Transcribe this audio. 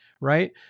right